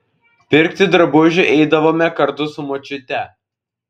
pirkti drabužių eidavome kartu su močiute